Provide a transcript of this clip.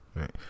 right